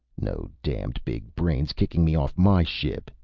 no damned big brain's kicking me off my ship,